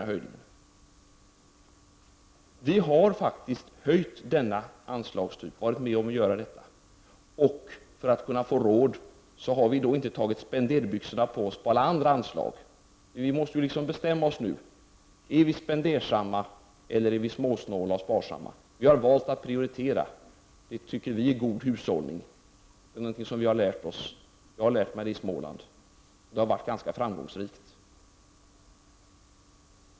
Vi moderater har varit med om att höja anslag av denna typ, och för att kunna få råd till det har vi inte tagit spenderbyxorna på när det gäller alla andra anslag. Vi måste bestämma oss nu. Är vi spendersamma, eller är vi småsnåla och sparsamma? Vi moderater har valt att prioritera, och det tycker vi är god hushållning. Det är någonting som vi lärt oss, och jag har lärt mig det i Småland. Det har varit ganska framgångsrikt.